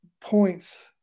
points